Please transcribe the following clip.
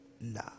nah